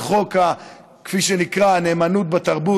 את החוק שנקרא "נאמנות בתרבות",